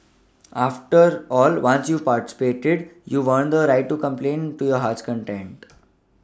after all once you've participated you've earned the right to complain to your heart's content